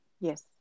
Yes